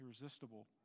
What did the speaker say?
irresistible